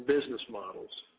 business models.